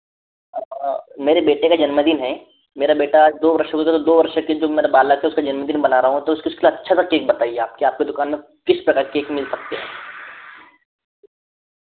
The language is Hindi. मेरे बेटे का जन्म दिन है मेरा बेटा आज दो वर्ष दो वर्ष का जो मेरा बालक है उसका जन्म दिन मना रहा हूँ तो उसके लिए अच्छा सा केक बताइए आप क्या आपके दुकान में किस तरह के केक मिल सकते हैं